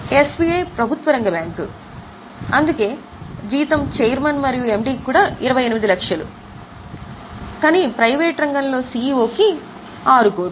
SBI ప్రభుత్వ రంగంలో PSU జీతం చైర్మన్ మరియు ఎండికి కూడా 28 లక్షలు మరియు ప్రైవేట్ రంగంలో సిఇఓకు 6 కోట్లు